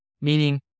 Meaning